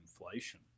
inflation